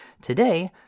Today